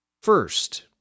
first